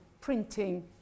printing